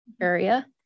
area